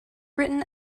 written